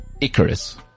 Icarus